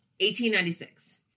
1896